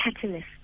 catalyst